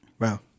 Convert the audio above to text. Wow